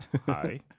Hi